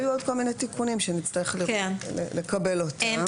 היו עוד כל מיני תיקונים שנצטרך לקבל אותם.